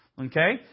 okay